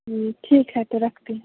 जी ठीक है तो रखते हैं